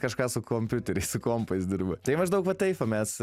kažką su kompiuteriais su kompais dirba tai maždaug va taip va mes